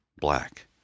Black